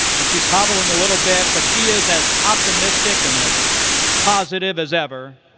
and she's hobbling a little bit but she is as optimistic and as positive as ever,